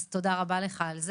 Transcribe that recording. תודה רבה לך.